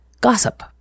gossip